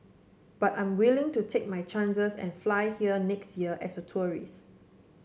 but I'm willing to take my chances and fly here next year as a tourist